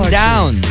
down